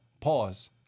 pause